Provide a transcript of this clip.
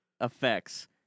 effects